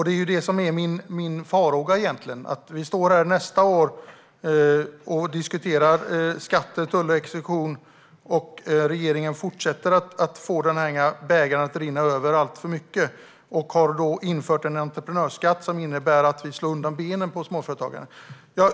Det är detta som är min farhåga: att vi står här nästa år och diskuterar skatt, tull och exekution och att regeringen fortsätter att få bägaren att rinna över alltför mycket och att en entreprenörsskatt har införts som slår undan benen för småföretagarna.